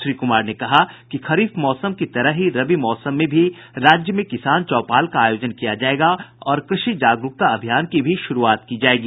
श्री कुमार ने कहा कि खरीफ मौसम की तरह ही रबी मौसम में भी राज्य में किसान चौपाल का आयोजन किया जायेगा और कृषि जागरूकता अभियान की भी शुरूआत की जायेगी